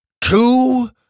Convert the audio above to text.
two